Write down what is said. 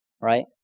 Right